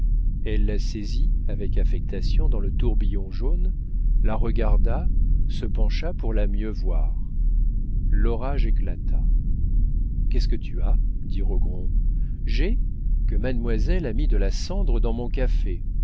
elle la saisit avec affectation dans le tourbillon jaune la regarda se pencha pour la mieux voir l'orage éclata qu'est-ce que tu as dit rogron j'ai que mademoiselle a mis de la cendre dans mon café